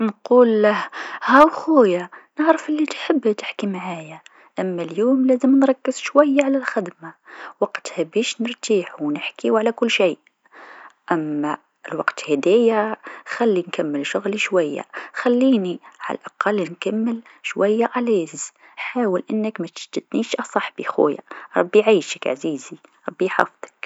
نقوله هاو خويا نعرف لتحب تحكي معايا أما اليوم لازم نركز شويا على الخدما وقتها باش نرتاح و نحكيو على كل شيء، أما الوقت هاذيا خلي نكمل شغلي شويا خليني على الأقل نكمل شويا آليز، حاول أنك ماتشتتنيش أصحبي خويا، ربي يعيشك عزيزي ربي يحفظك.